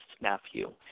nephew